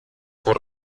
por